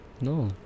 No